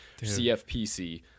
CFPC